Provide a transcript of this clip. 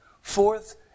Fourth